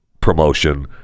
promotion